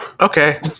Okay